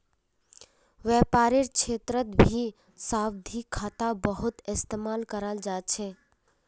व्यापारेर क्षेत्रतभी सावधि खाता बहुत इस्तेमाल कराल जा छे